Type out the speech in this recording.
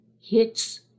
hits